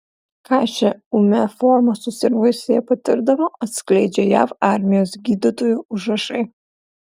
ką šia ūmia forma susirgusieji patirdavo atskleidžia jav armijos gydytojų užrašai